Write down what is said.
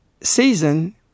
season